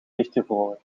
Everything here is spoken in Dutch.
dichtgevroren